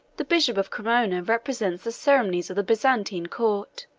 the bishop of cremona represents the ceremonies of the byzantine court,